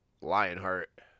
Lionheart